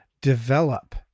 develop